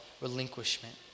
relinquishment